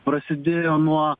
prasidėjo nuo